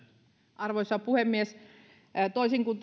arvoisa puhemies toisin kuin